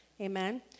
amen